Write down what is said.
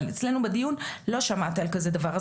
אבל אצלנו בדיון לא שמעתי על כזה דבר.